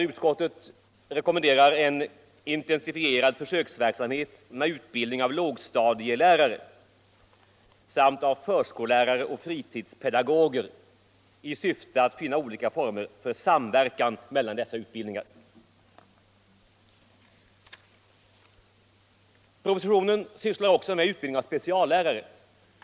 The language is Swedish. Utskottet rekommenderar en intensifierad försöksverksamhet med utbildning av lågstadielärare samt av förskollärare och fritidspedagoger, i syfte att finna olika former för samverkan mellan dessa utbildningar. Propositionen sysslar också med utbildning av speciallärare.